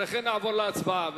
ואחרי כן נעבור להצבעה.